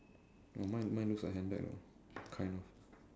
oh mine mine looks like a handbag lah kind of